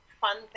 fun